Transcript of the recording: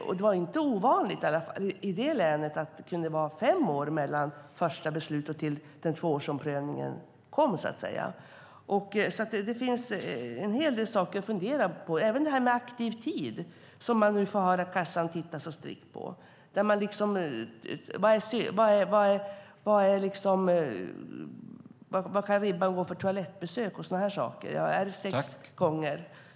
Och det var inte ovanligt i det länet att det kunde vara fem år mellan första beslutet och tvåårsomprövningen. Det finns en hel del saker att fundera på, även det här med aktiv tid som vi nu får höra att Försäkringskassan tittar så strikt på. Var kan gränsen gå för toalettbesök, är det vid sex gånger?